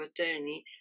attorney